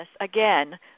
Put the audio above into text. again